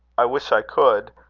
i wish i could.